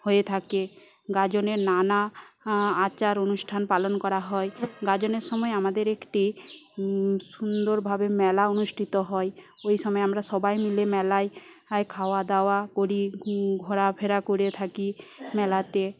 হয়ে থাকে গাজনের নানা আচার অনুষ্ঠান পালন করা হয় গাজনের সময় আমাদের একটি সুন্দরভাবে মেলা অনুষ্ঠিত হয় ওই সময় সবাই মিলে আমরা মেলায় খাওয়া দাওয়া করি ঘোরাফেরা করে থাকি মেলাতে